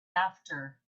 after